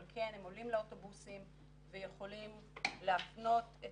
אבל כן הם עולים לאוטובוסים ויכולים להפנות את